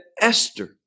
Esther